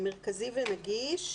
מרכזי ונגיש..."